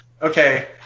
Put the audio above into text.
Okay